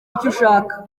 icyushaka